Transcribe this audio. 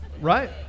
right